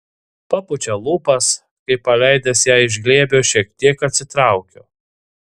papučia lūpas kai paleidęs ją iš glėbio šiek tiek atsitraukiu